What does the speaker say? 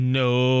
no